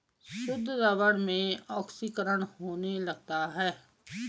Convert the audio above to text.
शुद्ध रबर में ऑक्सीकरण होने लगता है